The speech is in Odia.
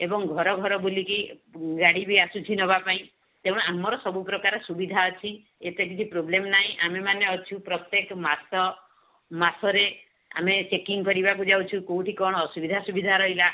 ଏବଂ ଘର ଘର ବୁଲିକି ଗାଡ଼ି ବି ଆସୁଛି ନେବାପାଇଁ ତେଣୁ ଆମର ସବୁପ୍ରକାର ସୁବିଧା ଅଛି ଏତେ କିଛି ପ୍ରୋବ୍ଲେମ୍ ନାଇ ଆମେମାନେ ଅଛୁ ପ୍ରତ୍ୟେକ ମାସ ମାସରେ ଆମେ ଚେକିଙ୍ଗ୍ କରିବାକୁ ଯାଉଛୁ କେଉଁଠି କଣ ଆସୁବିଧା ସୁବିଧା ରହିଲା